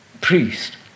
priest